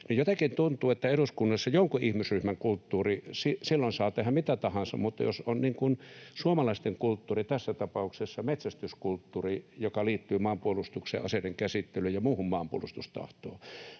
Jotenkin tuntuu, että eduskunnassa jonkun ihmisryhmän kulttuuri, silloin saa tehdä mitä tahansa, mutta jos on suomalaisten kulttuuri, tässä tapauksessa metsästyskulttuuri, joka liittyy maanpuolustukseen, aseiden käsittelyyn ja muuhun maanpuolustustahtoon,